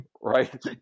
right